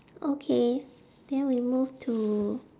okay then we move to